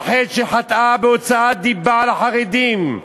על חטא שחטאה בהוצאת דיבה על החרדים,